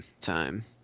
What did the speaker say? time